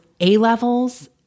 A-levels